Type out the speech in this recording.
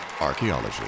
Archaeology